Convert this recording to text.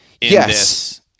yes